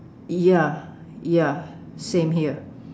ya ya same here